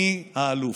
אני האלוף!